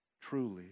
Truly